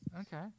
Okay